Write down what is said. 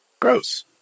Gross